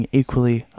equally